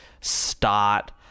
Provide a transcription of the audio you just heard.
start